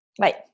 Right